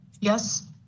Yes